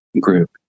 group